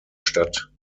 stadt